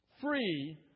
free